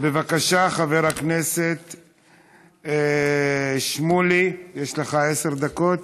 בבקשה, חבר הכנסת שמולי, יש לך עשר דקות.